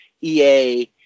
EA